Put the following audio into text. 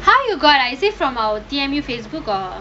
how you got ah is it from our T_M_U Facebook or